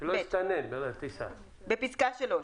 בפסקה (3)